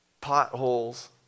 potholes